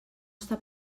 està